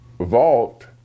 Vault